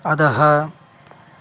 अधः